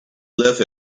laugh